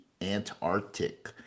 Antarctic